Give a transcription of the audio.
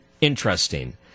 interesting